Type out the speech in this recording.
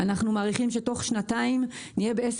אנחנו מעריכים שתוך שנתיים נהיה בין 10